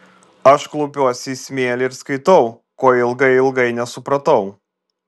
aš klaupiuosi į smėlį ir skaitau ko ilgai ilgai nesupratau